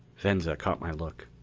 venza caught my look.